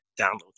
download